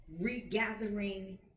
regathering